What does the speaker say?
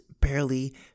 barely